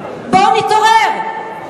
בואו נתעורר.